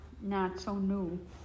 not-so-new